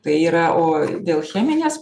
tai yra o dėl cheminės